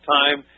time